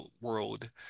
World